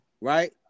right